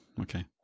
okay